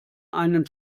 einen